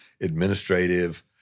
administrative